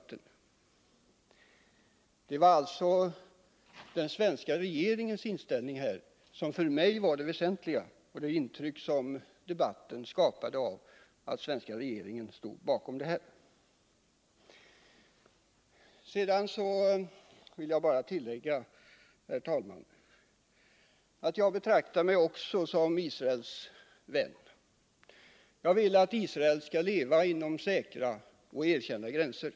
Det väsentliga för mig var alltså den svenska regeringens inställning härvidlag mot bakgrund av det intryck som skapades i debatten, att den svenska regeringen stod bakom uttalandena. Herr talman! Jag vill sedan bara tillägga att också jag betraktar mig som Israels vän. Jag vill att Israel skall få leva inom säkra och erkända gränser.